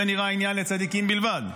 זה נראה עניין לצדיקים בלבד.